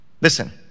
Listen